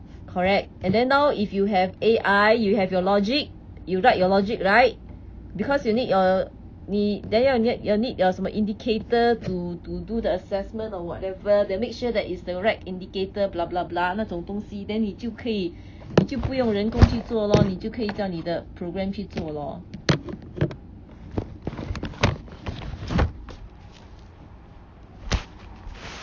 correct and then now if you have A_I you have your logic you write your logic right because you need your 你 then 要要 need your 什么 indicator to to do the assessment or whatever that make sure that is the right indicator 那种东西 then 你就可以你就不用人工去做咯你就可以叫你的 program 去做咯